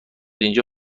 اینجا